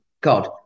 God